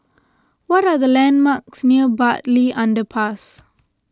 what are the landmarks near Bartley Underpass